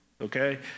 Okay